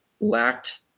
lacked